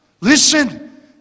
Listen